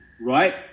right